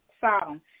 Sodom